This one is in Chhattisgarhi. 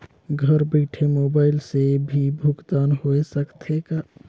घर बइठे मोबाईल से भी भुगतान होय सकथे का?